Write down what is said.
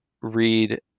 read